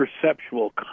perceptual